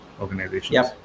organizations